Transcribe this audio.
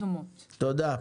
תודה.